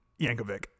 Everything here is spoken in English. Yankovic